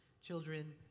children